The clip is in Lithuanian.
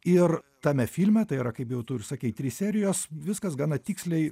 ir tame filme tai yra kaip jau tu ir sakei trys serijos viskas gana tiksliai